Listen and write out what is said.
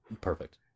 perfect